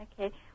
Okay